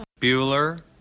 Bueller